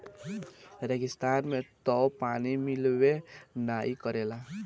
रेगिस्तान में तअ पानी मिलबे नाइ करेला